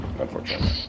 unfortunately